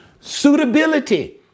suitability